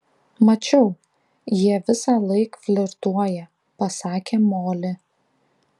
mačiau jie visąlaik flirtuoja pasakė moli